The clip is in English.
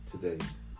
today's